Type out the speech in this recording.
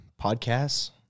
podcasts